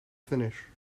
finish